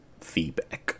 feedback